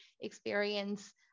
experience